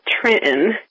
Trenton